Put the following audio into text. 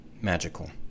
magical